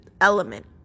element